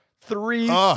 Three